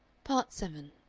part seven